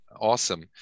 awesome